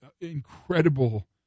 Incredible